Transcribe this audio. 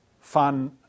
fun